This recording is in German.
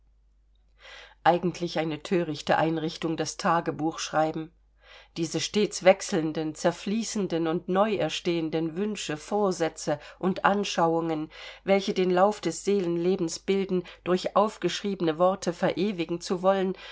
eigentlich eine thörichte einrichtung das tagebuchschreiben diese stets wechselnden zerfließenden und neu erstehenden wünsche vorsätze und anschauungen welche den lauf des seelenlebens bilden durch aufgeschriebene worte verewigen zu wollen